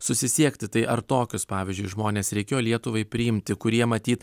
susisiekti tai ar tokius pavyzdžiui žmones reikėjo lietuvai priimti kurie matyt